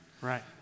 Right